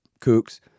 kooks